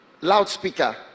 loudspeaker